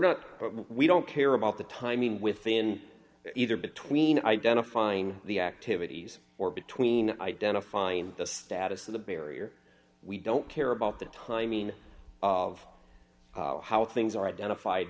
not we don't care about the timing within either between identifying the activities or between identifying the status of the barrier we don't care about the timing of how things are identified